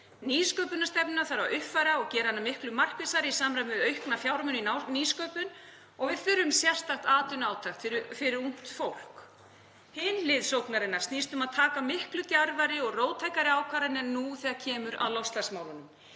Nýsköpunarstefnuna þarf að uppfæra og gera hana miklu markvissari í samræmi við aukna fjármuni í nýsköpun og við þurfum sérstakt atvinnuátak fyrir ungt fólk. Hin hlið sóknarinnar snýst um að taka miklu djarfari og róttækari ákvarðanir nú þegar kemur að loftslagsmálunum.